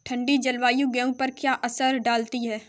ठंडी जलवायु गेहूँ पर क्या असर डालती है?